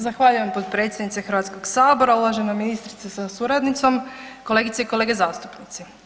Zahvaljujem potpredsjednice Hrvatskog sabora, uvažena ministrice sa suradnicom, kolegice i kolege zastupnici.